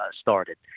started